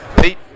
Pete